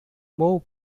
more